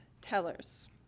tellers